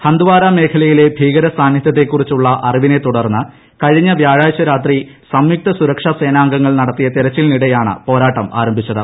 ഹന്ത്വാരാ മേഖലയിലെ ഭീകര സാന്നിധ്യത്തെക്കുറിച്ചുള്ള അറിവിനെത്തുടർന്ന് കഴിഞ്ഞ വ്യാഴാഴ്ച രാത്രി സംയുക്ത സുരക്ഷാസേനാംഗങ്ങൾ നടത്തിയ തെരച്ചിലിനിടെയാണ് പോരാട്ടം ആരംഭിച്ചത്